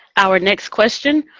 our next question.